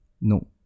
no